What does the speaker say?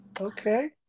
Okay